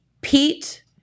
Pete